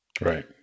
Right